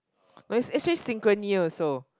but is actually synchrony also